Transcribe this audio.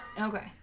Okay